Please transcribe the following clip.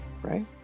Right